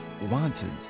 wanted